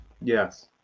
Yes